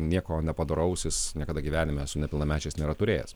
nieko nepadoraus jis niekada gyvenime su nepilnamečiais nėra turėjęs